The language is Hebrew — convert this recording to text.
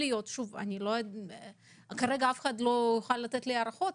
כרגע אף אחד לא יכול לתת הערכות,